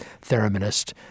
thereminist